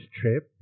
trip